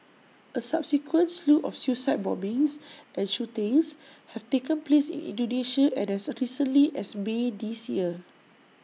A subsequent slew of suicide bombings and shootings have taken place in Indonesia and as recently as may this year